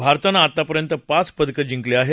भारतानं आतापर्यंत पाच पदकं जिंकली आहेत